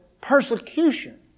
persecution